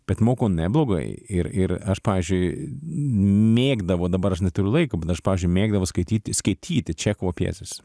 bet moku neblogai ir ir aš pavyzdžiui mėgdavau dabar aš neturiu laiko pavyzdžiui mėgdavau skaityti skaityti čechovo pjeses